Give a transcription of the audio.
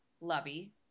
lovey